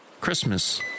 Christmas